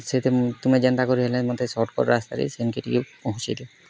ସେତେ ତୁମେ ଯେନ୍ତା କରି ହେଲେ ମତେ ସଟ୍କଟ୍ ରାସ୍ତାରେ ସେନ୍କେ ଟିକେ ପହଞ୍ଚାଇ ଦିଅ